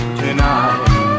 tonight